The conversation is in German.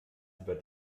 über